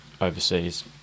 overseas